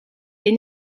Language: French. les